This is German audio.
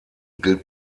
gilt